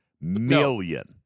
million